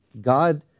God